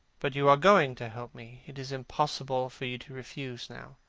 but you are going to help me. it is impossible for you to refuse now.